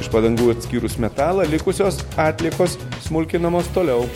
iš padangų atskyrus metalą likusios atliekos smulkinamos toliau